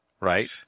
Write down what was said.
right